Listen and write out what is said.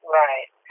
right